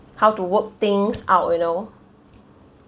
how to work things out you know